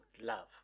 love